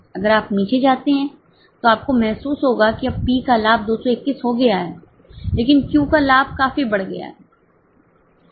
अगर आप नीचे जाते हैं तो आपको महसूस होगा कि अब P का लाभ 221 हो गया है लेकिन Q का लाभ काफी बढ़ गया है